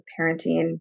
parenting